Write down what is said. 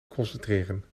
concentreren